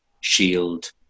shield